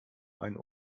ein